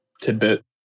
tidbit